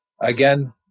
Again